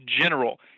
general